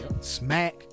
Smack